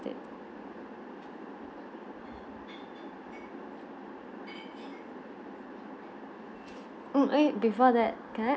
~state mm eh before that can I